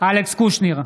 אלכס קושניר,